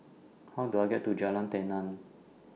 How Do I get to Jalan Tenang